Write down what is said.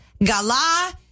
Gala